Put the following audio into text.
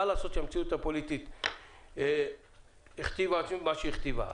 אבל המציאות הפוליטית הכתיבה את מה שהכתיבה.